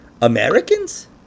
Americans